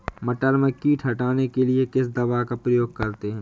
मटर में कीट हटाने के लिए किस दवा का प्रयोग करते हैं?